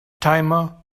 timer